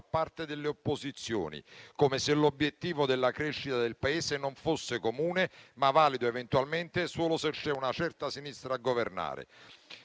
parte delle opposizioni, come se l'obiettivo della crescita del Paese non fosse comune, ma valido eventualmente solo se c'è una certa sinistra a governare.